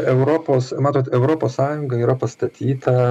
europos matot europos sąjunga yra pastatyta